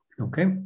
okay